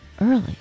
early